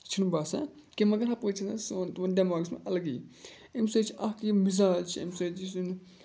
یہِ چھُنہٕ باسان کینٛہہ مگر ہَپٲرۍ چھِ آسان سون تِمَن دٮ۪ماغَس منٛز اَلگٕے اَمہِ سۭتۍ چھِ اَکھ یہِ مِزاج چھِ اَمہِ سۭتۍ یُس